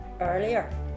earlier